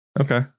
Okay